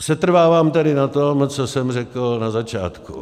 Setrvávám tedy na tom, co jsem řekl na začátku.